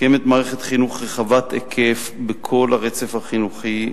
קיימת מערכת חינוך רחבת היקף בכל הרצף החינוכי,